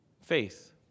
Faith